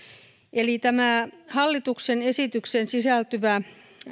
eli tämä hallituksen esitykseen sisältyvä